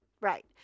right